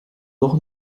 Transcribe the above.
dor